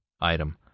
Item